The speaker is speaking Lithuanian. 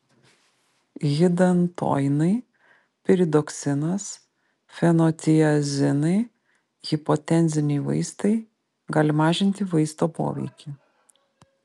hidantoinai piridoksinas fenotiazinai hipotenziniai vaistai gali mažinti vaisto poveikį